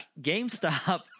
GameStop